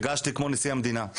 הרגשתי כמו נשיא המדינה.